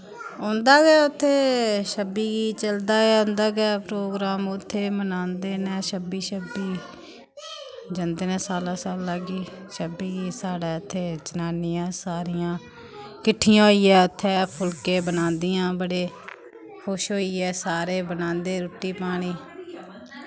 उं'दा गै उत्थै छब्बी गी चलदा ऐ उं'दा गै प्रोग्राम उत्थै मनांदे न छब्बी छब्बी जन्दे न साला साला गी छब्बी गी साढ़े इत्थै जनानियां सारियां किट्ठियां होइयै उत्थै फुलके बनांदियां बड़े खुश होइयै सारे बनांदे रुट्टी पानी